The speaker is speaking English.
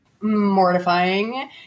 mortifying